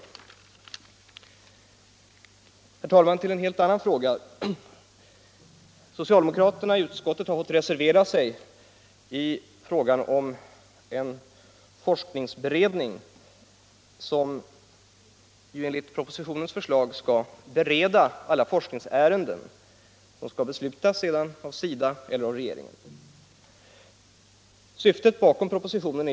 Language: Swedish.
Herr talman! Så till en helt annan fråga. Socialdemokraterna i utskottet har fått reservera sig i frågan om en forskningsberedning, som enligt propositionens förslag skall bereda alla forskningsärenden vilka därefter skall underställas SIDA eller regeringen för beslut.